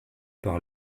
par